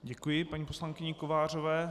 Děkuji paní poslankyni Kovářové.